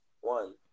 One